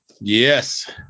yes